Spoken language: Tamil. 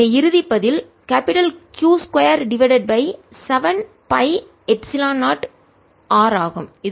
எனவே இறுதி பதில் Q 2 divided by 7 by epsilon 0 R ஆகும்